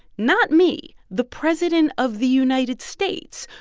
not me, the president of the united states,